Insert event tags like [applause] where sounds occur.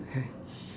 [laughs]